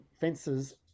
fences